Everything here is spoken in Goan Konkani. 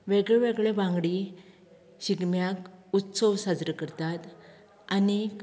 वेगळे वेगळे वांगडी शिगम्याक उत्सव साजरो करतात आनीक